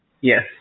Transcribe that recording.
Yes